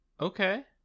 Okay